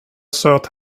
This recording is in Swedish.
söt